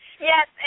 Yes